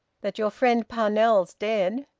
that your friend parnell's dead?